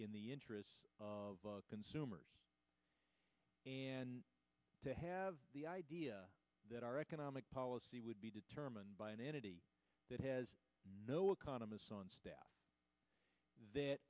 in the interests of consumers and to have the idea that our economic policy would be determined by an entity that has no economists on